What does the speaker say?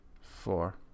four